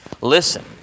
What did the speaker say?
Listen